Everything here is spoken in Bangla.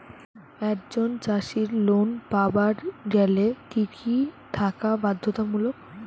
একজন চাষীর লোন পাবার গেলে কি কি থাকা বাধ্যতামূলক?